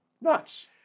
nuts